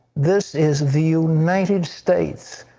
this is the united states.